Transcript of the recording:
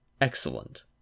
Excellent